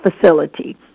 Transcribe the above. facility